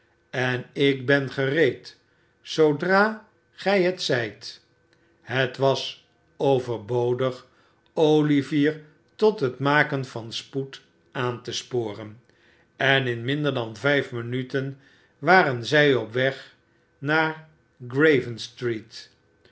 en ik ben gereed zoodra gij het zijt het was overbodig olivier tot het maken van spoed aan te sporen en in minder dan vijf minuten waren zij op weg naar